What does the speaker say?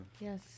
Yes